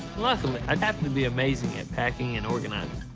luckily, i happen to be amazing at packing and organizing.